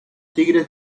tigres